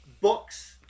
Books